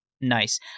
nice